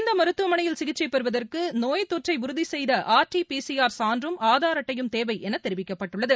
இந்த மருத்துவமனையில் சிகிச்சை பெறுவதற்கு நோய் தொற்றை உறுதி செய்த R T P C R சான்றும் ஆதார் அட்டையும் தேவை என தெரிவிக்கப்பட்டுள்ளது